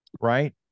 right